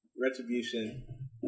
Retribution